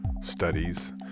studies